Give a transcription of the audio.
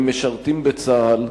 הם משרתים בצה"ל,